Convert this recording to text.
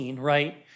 right